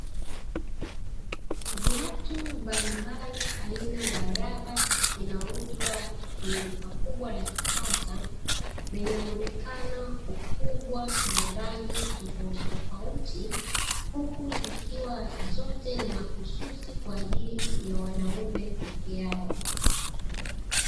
Viatu mbalimbali aina ya raba, vinauzwa kwenye duka kubwa la kisasa, vyenye mwonekano, ukubwa na rangi tofautitofauti, huku zikiwa zote ni mahususi kwa ajili ya wanaume peke yao.